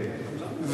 כן,